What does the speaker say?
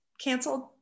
canceled